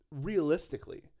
realistically